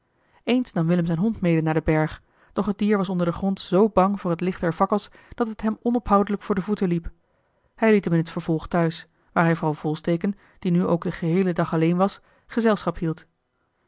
eens nam willem zijn hond mede naar den berg doch het dier was onder den grond z bang voor het licht der fakkels dat het hem onophoudelijk voor de voeten liep hij liet hem in t vervolg thuis waar hij vrouw volsteke die nu ook den geheelen dag alleen was gezelschap hield